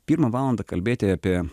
pirmą valandą kalbėti apie